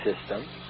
system